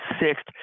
Sixth